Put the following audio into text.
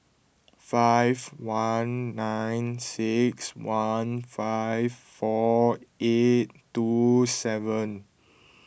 five one nine six one five four eight two seven